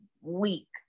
week